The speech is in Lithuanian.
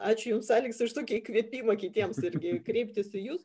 ačiū jums aleksai už tokį įkvėpimą kitiems irgi kreiptis į jus